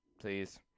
please